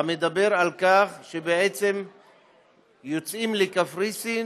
המדבר על כך שבעצם יוצאים לקפריסין,